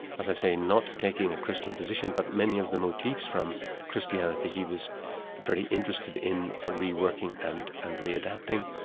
as i say, not taking a christian position, but many of the motifs from christianity he was very interested in ah reworking and and re-adapting.